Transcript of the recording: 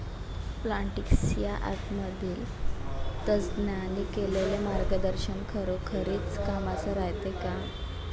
Plantix या ॲपमधील तज्ज्ञांनी केलेली मार्गदर्शन खरोखरीच कामाचं रायते का?